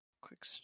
quick